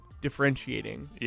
differentiating